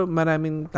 maraming